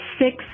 six